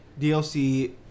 DLC